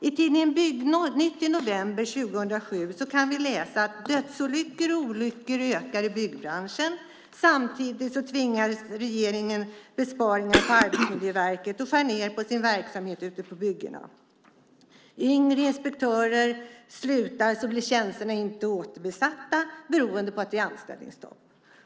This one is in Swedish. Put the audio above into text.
I tidningen Byggnytt i november 2007 kan vi läsa att dödsolyckor och olyckor ökar i byggbranschen. Samtidigt tvingas regeringen till besparingar på Arbetsmiljöverket och skär ned på sin verksamhet ute på byggena. När yngre inspektörer slutar blir tjänsterna inte återinsatta beroende på att det är anställningsstopp.